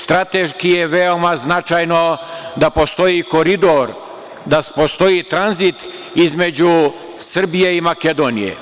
Strateški je veoma značajno da postoji koridor, da postoji tranzit između Srbije i Makedonija.